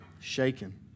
shaken